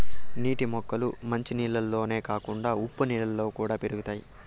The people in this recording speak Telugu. నీటి మొక్కలు మంచి నీళ్ళల్లోనే కాకుండా ఉప్పు నీళ్ళలో కూడా పెరుగుతాయి